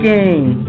Game